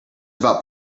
about